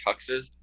tuxes